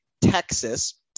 Texas